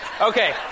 Okay